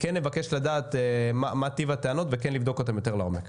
כן אבקש לדעת מה טיב הטענות וכן לבדוק אותם לעומק.